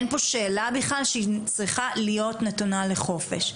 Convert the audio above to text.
אין פה שאלה בכלל שהיא צריכה להיות נתונה לחופש,